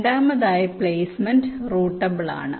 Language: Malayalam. രണ്ടാമതായി പ്ലേസ്മെന്റ് റൂട്ടബിൾ ആണ്